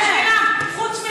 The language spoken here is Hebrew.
משהו, עשית משהו?